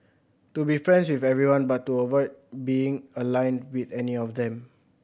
to be friends with everyone but to avoid being aligned with any of them